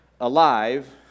alive